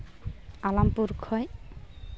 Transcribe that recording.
ᱟᱞᱟᱢᱯᱩᱨ ᱠᱷᱚᱡ